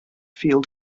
field